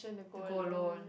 to go alone